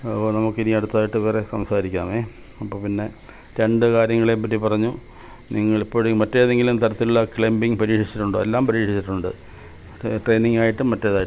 അപ്പം നമുക്ക് ഇനി അടുത്തായിട്ട് വേറെ സംസാരിക്കാമേ അപ്പോൾ പിന്നെ രണ്ട് കാര്യങ്ങളെ പറ്റി പറഞ്ഞു നിങ്ങൾ ഇപ്പോൾ മറ്റേതെങ്കിലും തരത്തിലുള്ള ക്ലൈംബിംഗ് പരീക്ഷിച്ചിട്ടുണ്ടോ എല്ലാം പരീക്ഷിച്ചിട്ടുണ്ട് ട്രെയിനിംഗായിട്ടും മറ്റേതായി